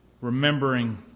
remembering